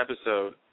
episode